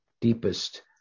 deepest